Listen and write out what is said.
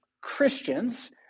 Christians